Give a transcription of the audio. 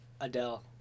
Adele